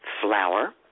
flour